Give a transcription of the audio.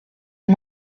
and